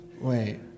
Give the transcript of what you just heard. Wait